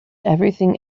everything